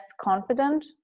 confident